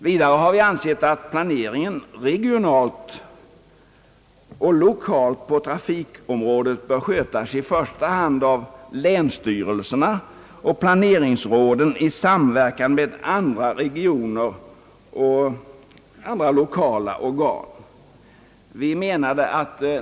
Vidare har vi ansett att planeringen regionalt och lokalt på trafikområdet bör skötas i första hand av länsstyrelserna och planeringsråden i samverkan med andra regionala och lokala organ.